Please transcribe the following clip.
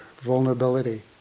vulnerability